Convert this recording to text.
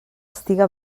estiga